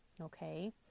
okay